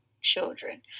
children